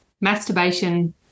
masturbation